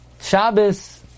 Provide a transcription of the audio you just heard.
Shabbos